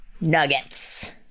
nuggets